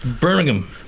Birmingham